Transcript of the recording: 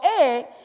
egg